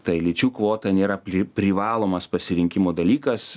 tai lyčių kvota nėra pli privalomas pasirinkimo dalykas